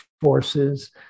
forces